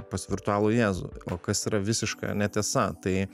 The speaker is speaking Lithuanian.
pas virtualų jėzų o kas yra visiška netiesa tai